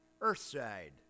earthside